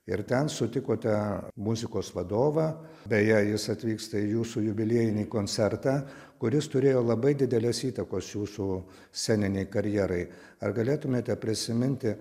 ir ten sutikote muzikos vadovą beje jis atvyksta į jūsų jubiliejinį koncertą kuris turėjo labai didelės įtakos jūsų sceninei karjerai ar galėtumėte prisiminti